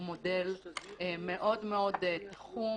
הוא מודל מאוד תחום.